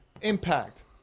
impact